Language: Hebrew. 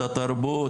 את התרבות.